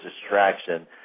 distraction